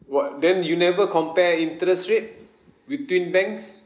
what then you never compare interest rates between banks